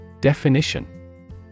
Definition